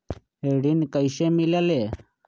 ऋण कईसे मिलल ले?